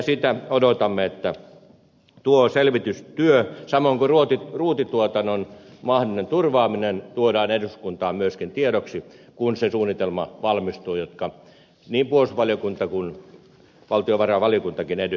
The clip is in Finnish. sitä odotamme että tuo selvitystyö samoin kuin ruutituotannon mahdollinen turvaaminen tuodaan eduskuntaan myöskin tiedoksi kun se suunnitelma valmistuu jota niin puolustusvaliokunta kuin valtiovarainvaliokuntakin edellyttävät